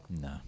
No